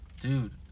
dude